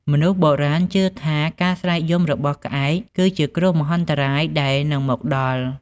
មនុស្សបុរាណជឿថា ការស្រែកយំរបស់ក្អែក គឺជាគ្រោះមហន្តរាយដែលនឹងមកដល់។